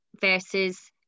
versus